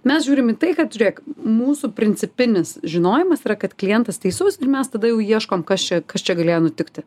mes žiūrim į tai kad žiūrėk mūsų principinis žinojimas yra kad klientas teisus ir mes tada jau ieškom kas čia kas čia galėjo nutikti